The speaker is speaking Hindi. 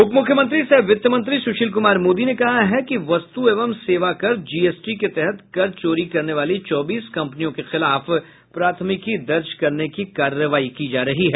उपमुख्यमंत्री सह वित्त मंत्री सुशील कुमार मोदी ने कहा है कि वस्तु एवं सेवा कर जीएसटी के तहत कर चोरी करने वाली चौबीस कंपनियों के खिलाफ प्राथमिकी दर्ज करने की कार्रवाई की जा रही है